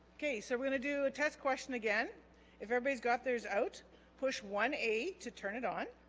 okay so we're gonna do a test question again if everybody's got theirs out push one a to turn it on